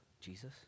Jesus